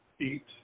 eat